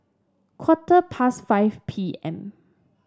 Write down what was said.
quarter past five P M